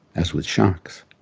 as with sharks.